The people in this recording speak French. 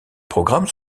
programmes